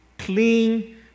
clean